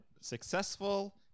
successful